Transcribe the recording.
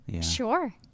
Sure